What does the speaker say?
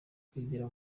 kwigira